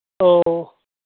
औ